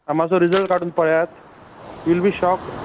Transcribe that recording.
मातसो रिजल्ट काडून पळेयात यू विल बी शॉक्ड